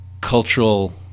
cultural